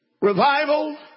revival